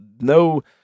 no